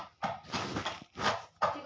bougainvillea बहुत तेजी स फैल छेक